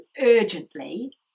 urgently